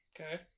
Okay